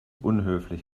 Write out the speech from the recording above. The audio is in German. unhöflich